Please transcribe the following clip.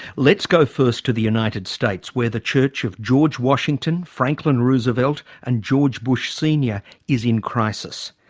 let's go first to the united states where the church of george washington, franklin roosevelt and george bush senior is in crisis.